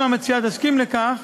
אם המציעה תסכים לכך